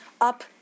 up